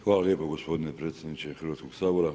Hvala lijepo gospodine potpredsjedniče Hrvatskog sabora.